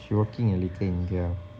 she working at little india